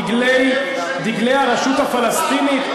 דגלי הרשות הפלסטינית,